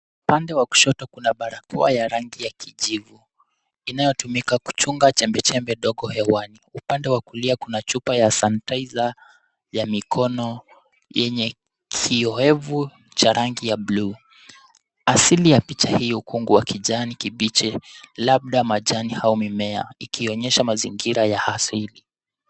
Upande wa kushoto kuna barakoa ya rangi ya kijivu inayotumika kuchunga chembe chembe ndogo ya uko hewani. Upande wa kulia chapa ya (cs)sanitizer (cs)ya mikono yenye kioevu cha rangi ya bluu. Asili ya picha ya ukungu wa kijani kibichi labda majani au mimea ikionyesha mazingira ya asili.